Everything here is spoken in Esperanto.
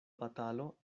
batalo